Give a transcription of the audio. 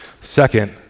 Second